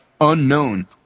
unknown